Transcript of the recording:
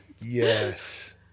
yes